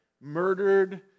murdered